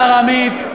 שר אמיץ,